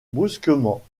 brusquement